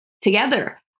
together